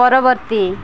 ପରବର୍ତ୍ତୀ